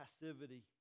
passivity